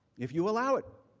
if you allow it.